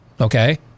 okay